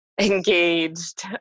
engaged